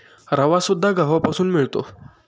रवासुद्धा गव्हापासून मिळतो